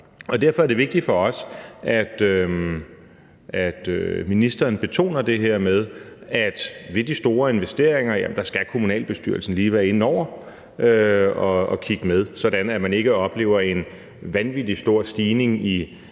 Derfor er det vigtigt for os, at ministeren betoner det her med, at ved de store investeringer skal kommunalbestyrelsen lige være inde over og kigge med, sådan at man ikke oplever en vanvittig stor stigning i